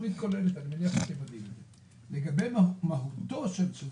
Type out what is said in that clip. לגבי המהות, שזה